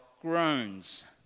groans